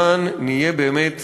למען נהיה באמת